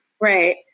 Right